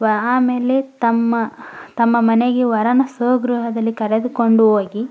ವ ಆಮೇಲೆ ತಮ್ಮ ತಮ್ಮ ಮನೆಗೆ ವರನ ಸ್ವಗೃಹದಲ್ಲಿ ಕರೆದುಕೊಂಡು ಹೋಗಿ